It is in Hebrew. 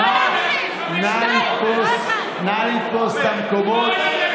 נא לתפוס מקומות.